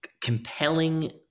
compelling –